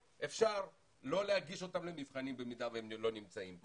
אפשר לא להגיש אותם למבחנים במידה שהם לא נמצאים פה.